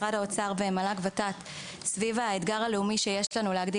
משרד האוצר ומל"ג-ות"ת סביב האתגר הלאומי שיש לנו להגדיל